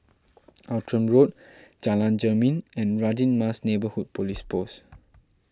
Outram Road Jalan Jermin and Radin Mas Neighbourhood Police Post